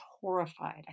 horrified